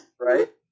Right